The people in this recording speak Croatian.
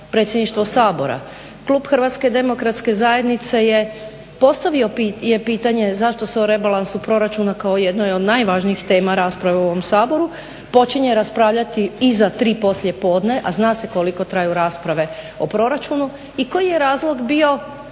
predsjedništvo Sabora. Klub HDZ-a je postavio pitanje zašto se o rebalansu proračuna kao jednoj od najvažnijih tema rasprave u ovom Saboru počinje raspravljati iza 3 poslijepodne, a zna se koliko traju rasprave o proračunu i koji je razlog bio